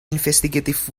investigative